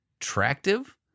attractive